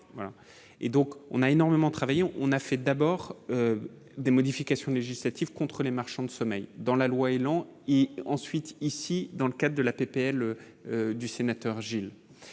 et donc on a énormément travaillé, on a fait d'abord des modifications législatives contre les marchands de sommeil dans la loi élan et ensuite ici dans le cas de la PPL du sénateur Gilles